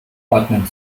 ordnen